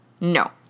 No